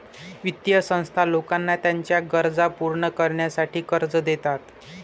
वित्तीय संस्था लोकांना त्यांच्या गरजा पूर्ण करण्यासाठी कर्ज देतात